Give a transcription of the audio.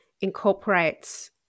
incorporates